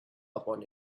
upon